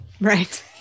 right